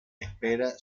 espera